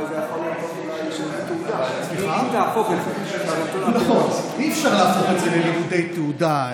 אבל זה יכול להפוך אולי ללימודי תעודה.